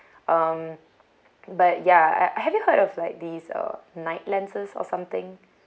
um but ya have you heard of like these uh night lenses or something